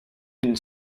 une